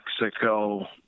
Mexico